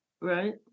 right